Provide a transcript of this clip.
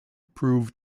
proved